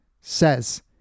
says